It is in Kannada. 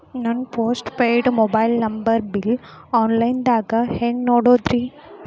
ನನ್ನ postpaid mobile number bill, online ದಾಗ ಹ್ಯಾಂಗ್ ನೋಡೋದ್ರಿ?